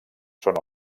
són